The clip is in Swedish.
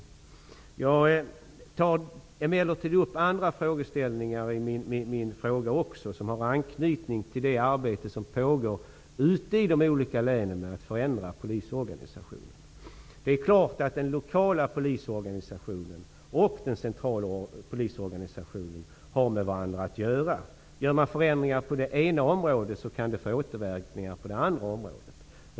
I min fråga tog jag emellertid upp även andra frågeställningar som har anknytning till det arbete som pågår ute i de olika länen med att förändra polisorganisationen. Det är klart att den lokala polisorganisationen och den centrala polisorganisationen har med varandra att göra. Gör man förändringar på det ena området kan det få återverkningar på det andra området.